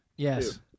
Yes